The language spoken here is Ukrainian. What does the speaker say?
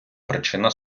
причина